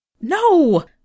No